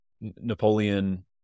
Napoleon